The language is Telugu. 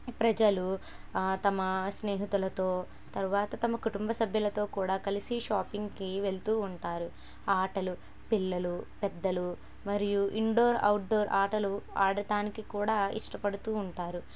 ప్రజలు తమ స్నేహితులతో తర్వాత తమ కుటుంబ సభ్యులతో కూడా కలిసి షాపింగ్కి వెళ్తూ ఉంటారు ఆటలు పిల్లలు పెద్దలు మరియు ఇండోర్ ఔట్డోర్ ఆటలు ఆడడానికి కూడా ఇష్టపడుతు ఉంటారు